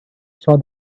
saw